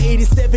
87